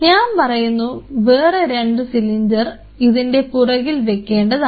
ഞാൻ പറയുന്നു വേറെ രണ്ടു സിലിണ്ടർ ഇതിൻറെ പുറകിൽ വെക്കേണ്ടതാണ്